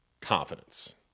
Confidence